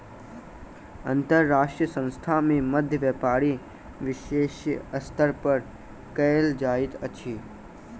अंतर्राष्ट्रीय संस्थान के मध्य व्यापार वैश्विक स्तर पर कयल जाइत अछि